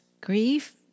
Grief